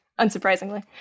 unsurprisingly